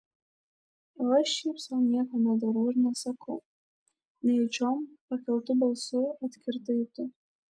o aš šiaip sau nieko nedarau ir nesakau nejučiom pakeltu balsu atkirtai tu